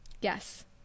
yes